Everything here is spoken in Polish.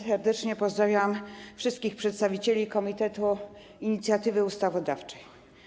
Serdecznie pozdrawiam wszystkich przedstawicieli Komitetu Inicjatywy Ustawodawczej.